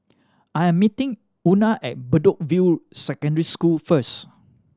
I am meeting Una at Bedok View Secondary School first